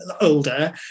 older